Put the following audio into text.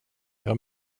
jag